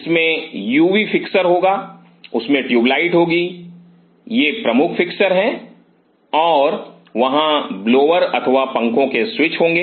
इसमें UV fixture होगा उसमें ट्यूबलाइट होगी यह प्रमुख फिक्सर हैं और वहां ब्लोअर अथवा पंखों के स्विच होंगे